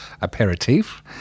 aperitif